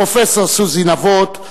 פרופסור סוזי נבות,